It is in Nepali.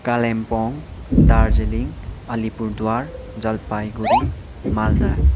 कालिम्पोङ दार्जीलिङ अलिपुरद्वार जलपाईगुढी माल्दा